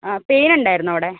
ആ പെയ്ന് ഉണ്ടായിരുന്നോ അവിടെ